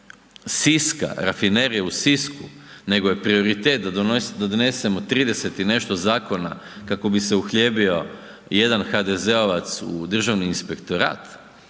Siska, Rafinerije u Sisku, nego je prioritet da donesemo 30 i nešto zakona kako bi se uhljebio jedan HDZ-ovac u državni inspektorat